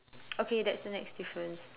okay that's the next difference